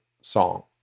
song